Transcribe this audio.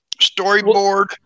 storyboard